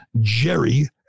Jerry